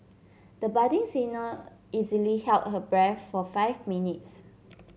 the budding singer easily held her breath for five minutes